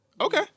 Okay